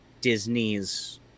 Disney's